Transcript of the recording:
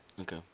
Okay